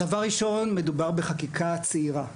דבר ראשון, מדובר בחקיקה צעירה.